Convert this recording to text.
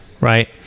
right